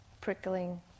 prickling